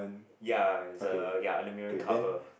ya it's a ya aluminium cover